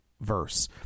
verse